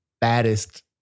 baddest